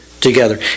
together